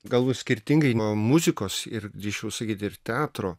galbūt skirtingai nuo muzikos ir drįsčiau sakyt ir teatro